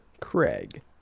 craig